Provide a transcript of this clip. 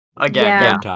Again